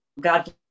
God